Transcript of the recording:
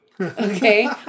okay